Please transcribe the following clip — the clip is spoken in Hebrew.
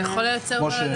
זה יכול לייצר בלגן לבנקים.